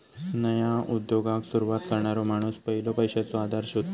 नया उद्योगाक सुरवात करणारो माणूस पयलो पैशाचो आधार शोधता